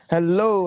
Hello